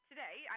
Today